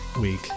week